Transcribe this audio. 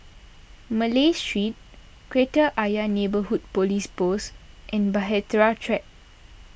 Malay Street Kreta Ayer Neighbourhood Police Post and Bahtera Track